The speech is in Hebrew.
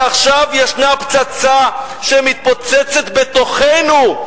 ועכשיו יש פצצה שמתפוצצת בתוכנו,